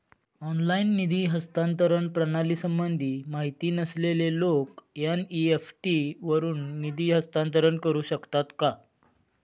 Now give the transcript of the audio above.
Online निधी हस्तांतरण प्रणालीसंबंधी माहिती नसलेले लोक एन.इ.एफ.टी वरून निधी हस्तांतरण करू शकतात का?